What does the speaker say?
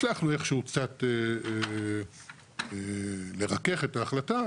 הצלחנו איכשהו קצת לרכך את ההחלטה,